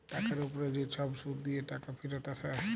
টাকার উপ্রে যে ছব সুদ দিঁয়ে টাকা ফিরত আসে